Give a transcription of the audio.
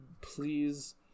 please